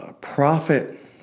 profit